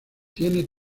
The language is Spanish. tienen